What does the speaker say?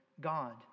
God